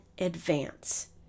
advance